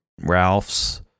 Ralph's